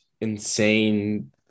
insane